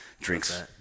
drinks